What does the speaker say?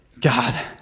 God